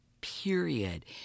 period